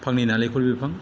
फांनै नालेंखर बिफां